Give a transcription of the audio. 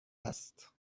است